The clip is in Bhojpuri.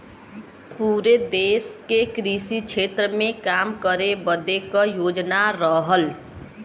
पुरे देस के कृषि क्षेत्र मे काम करे बदे क योजना रहल